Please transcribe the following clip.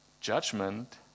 judgment